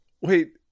Wait